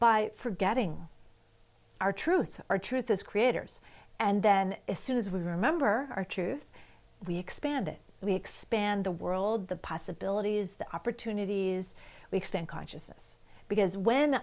by forgetting our truth our truth as creators and then as soon as we remember our truth we expand it we expand the world the possibilities the opportunities we extend consciousness because when